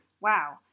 Wow